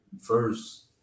First